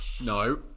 No